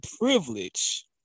privilege